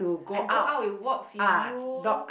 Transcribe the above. I go out with walks with you